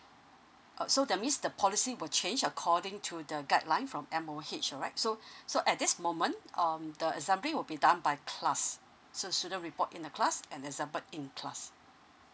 oh so that means the policy will change according to the guideline from M_O_H alright so so at this moment um the assembly will be done by class so student report in the class and dissemble in class